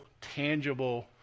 tangible